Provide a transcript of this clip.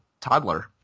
toddler